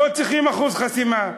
לא צריכים אחוז חסימה.